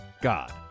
God